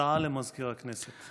הודעה למזכיר הכנסת.